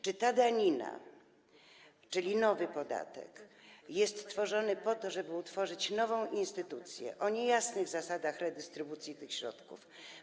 Czy ta danina, czyli nowy podatek, jest ustanawiana po to, żeby utworzyć nową instytucję z niejasnymi zasadami redystrybucji tych środków?